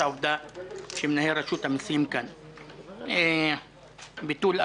העובדה שמנהל רשות המיסים נמצא כאן ביטול ארנונה,